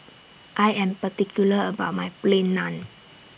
I Am particular about My Plain Naan